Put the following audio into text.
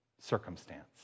circumstance